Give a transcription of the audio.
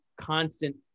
constant